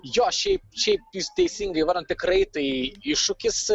jo šiaip šiaip jūs teisingai įvardinot tikrai tai iššūkis